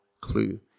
clue